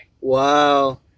Wow